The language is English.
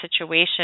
situation